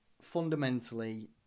fundamentally